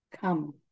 come